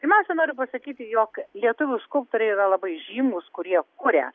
pirmiausia noriu pasakyti jog lietuvių skulptoriai yra labai žymūs kurie kuria